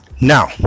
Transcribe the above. now